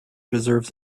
deserves